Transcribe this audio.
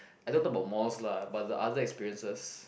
I don't know about malls lah but the other experiences